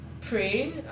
pray